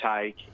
take